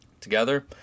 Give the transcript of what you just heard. Together